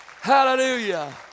Hallelujah